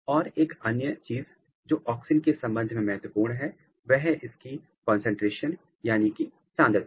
और एक अन्य चीज जो ऑक्सिन के संबंध में महत्वपूर्ण है वह है इसकी कंसंट्रेशन सांद्रता